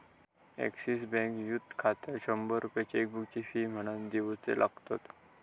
axis बँकेत youth खात्यात शंभर रुपये चेकबुकची फी म्हणान दिवचे लागतत